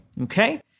okay